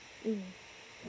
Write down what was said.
mm